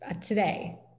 today